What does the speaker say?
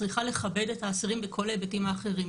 צריכה לכבד את האסירים בכל ההיבטים האחרים.